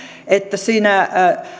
että siinä